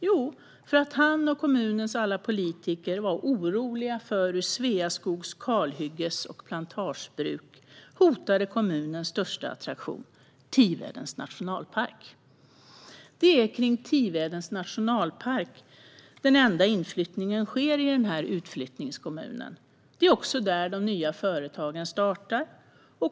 Jo, för att han och kommunens alla politiker var oroliga för hur Sveaskogs kalhygges och plantagebruk hotade kommunens största attraktion, Tivedens nationalpark. Det är kring Tivedens nationalpark den enda inflyttningen sker i denna utflyttningskommun. Det är också där de nya företagen startar.